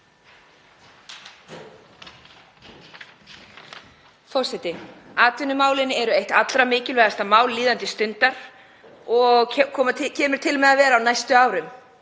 Forseti. Atvinnumálin eru eitt allra mikilvægasta mál líðandi stundar og koma til með að vera það á næstu árum.